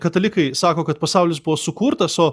katalikai sako kad pasaulis buvo sukurtas o